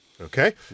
okay